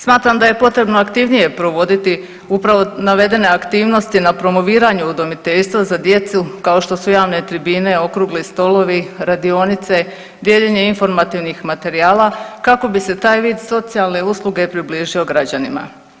Smatram da je potrebno aktivnije provoditi upravo navedene aktivnosti na promoviranju udomiteljstva za djecu kao što su javne tribine, okrugli stolovi, radionice, dijeljenje informativnih materijala kako bi se taj vid socijalne usluge približio građanima.